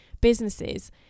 businesses